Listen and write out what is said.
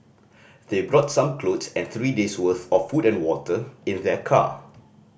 they brought some clothes and three days'worth of food and water in their car